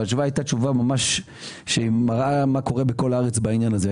אבל התשובה הייתה תשובה ממש שמראה מה קורה בכל הארץ בעניין הזה.